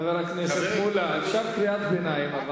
חבר הכנסת מולה, אפשר קריאת ביניים.